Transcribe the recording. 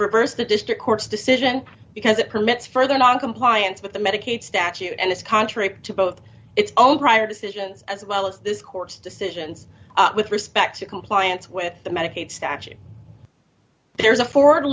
reverse the district court's decision because it permits further noncompliance with the medicaid statute and is contrary to both its own prior decisions as well as this court's decisions with respect to compliance with the medicaid statute there's a forward